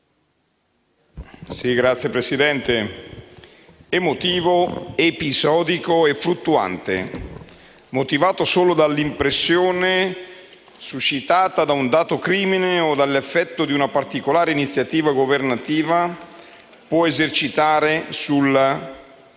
Signora Presidente, «Emotivo, episodico, fluttuante. Motivato solo dall'impressione suscitata da un dato crimine o dall'effetto che una particolare iniziativa governativa può esercitare